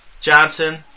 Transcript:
Johnson